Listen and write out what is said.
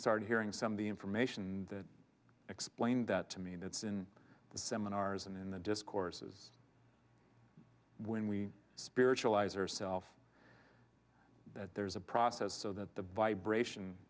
started hearing some of the information that explained that to me that's in the seminars and in the discourses when we spiritualize or self that there is a process so that the vibration